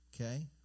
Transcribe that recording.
Okay